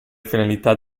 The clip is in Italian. finalità